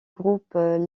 groupe